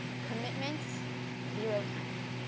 commitments zero times.